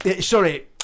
Sorry